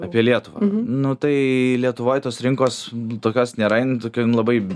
apie lietuvą nu tai lietuvoj tos rinkos tokios nėra jin tokia labai